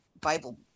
Bible